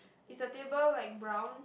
is your table like brown